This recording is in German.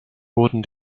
wurden